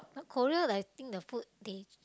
Korea like think the food they